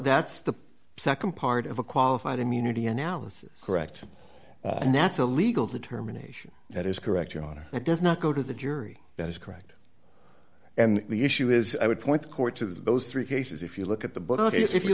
that's the nd part of a qualified immunity analysis correct and that's a legal determination that is correct your honor it does not go to the jury that is correct and the issue is i would point the court to those three cases if you look at the